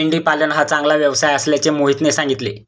मेंढी पालन हा चांगला व्यवसाय असल्याचे मोहितने सांगितले